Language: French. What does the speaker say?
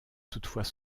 toutefois